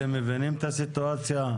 אתם מבינים את הסיטואציה?